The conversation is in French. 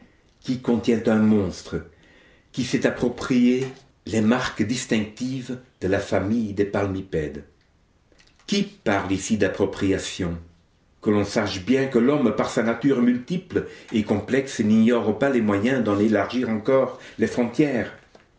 qui contient un monstre qui s'est approprié les marques distinctives de la famille des palmipèdes qui parle ici d'appropriation que l'on sache bien que l'homme par sa nature multiple et complexe n'ignore pas les moyens d'en élargir encore les frontières